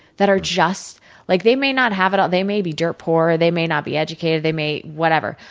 that are just like they may not have it all. they may be dirt poor, they may not be educated, they may whatever.